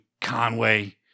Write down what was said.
Conway